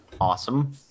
Awesome